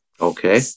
Okay